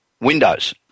windows